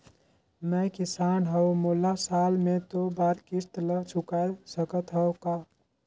मैं किसान हव मोला साल मे दो बार किस्त ल चुकाय सकत हव का?